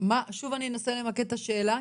שוב אני אנסה למקד את השאלה,